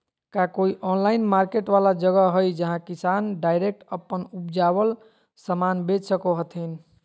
का कोई online market वाला जगह हइ जहां किसान डायरेक्ट अप्पन उपजावल समान बेच सको हथीन?